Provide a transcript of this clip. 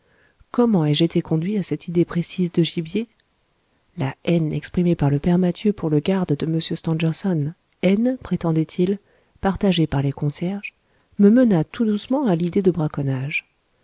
ai-je été conduit à cette idée précise de gibier la haine exprimée par le père mathieu pour le garde de m stangerson haine prétendait-il partagée par les concierges me mena tout doucement à l'idée de braconnage